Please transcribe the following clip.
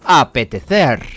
apetecer